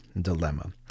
dilemma